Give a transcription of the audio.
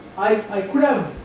i could um